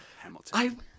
Hamilton